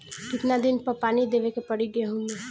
कितना दिन पर पानी देवे के पड़ी गहु में?